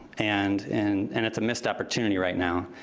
and and and it's a missed opportunity right now.